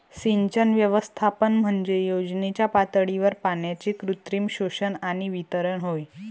सिंचन व्यवस्थापन म्हणजे योजनेच्या पातळीवर पाण्याचे कृत्रिम शोषण आणि वितरण होय